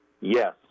Yes